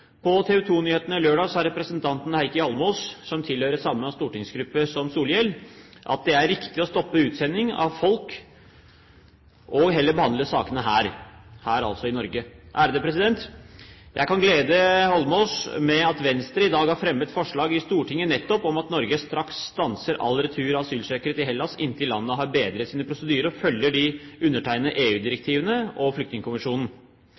TV 2-nyhetene lørdag sa representanten Heikki Holmås, som tilhører samme stortingsgruppe som Solhjell, at det er viktig å stoppe utsending av folk og heller behandle sakene her – dvs. altså i Norge. Jeg kan glede Holmås med at Venstre i dag har fremmet forslag i Stortinget nettopp om at Norge straks stanser all retur av asylsøkere til Hellas, inntil landet har bedret sine prosedyrer og følger de undertegnede EU-direktivene og flyktningkonvensjonen.